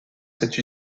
cette